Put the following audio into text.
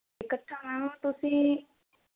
ਇਕੱਠਾ ਮੈਮ ਤੁਸੀਂ